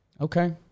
Okay